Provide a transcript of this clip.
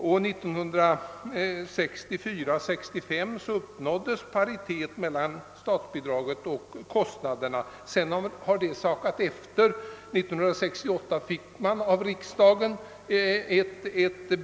Åren 1964 och 1965 uppnåddes paritet mellan statsbidraget och kostnaderna, men sedan har bidraget sackat efter.